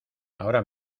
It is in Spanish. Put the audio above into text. ahora